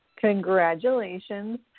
Congratulations